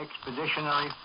Expeditionary